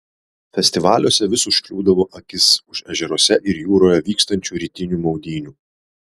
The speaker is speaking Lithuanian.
festivaliuose vis užkliūdavo akis už ežeruose ir jūroje vykstančių rytinių maudynių